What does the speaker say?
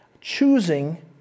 Choosing